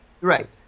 Right